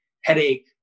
headache